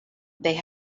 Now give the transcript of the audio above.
they